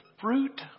fruit